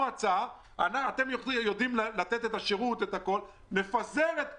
הצעה כי הם יודעים לתת את כל השירות ולפזר את זה?